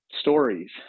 stories